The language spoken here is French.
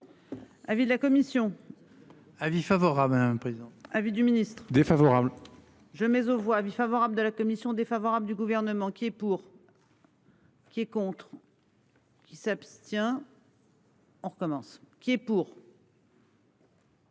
Avis de la commission. Avis favorable à un président. Avis du ministre-défavorable je mais aux voix avis favorable de la commission défavorable du gouvernement. Et pour. Qui est contre ou, Qui s'abstient. On recommence, qui est pour.